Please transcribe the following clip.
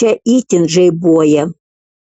čia itin žaibuoja